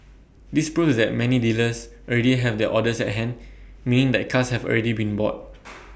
this proves that many dealers already have their orders at hand meaning that cars have already been bought